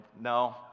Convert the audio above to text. No